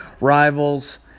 rivals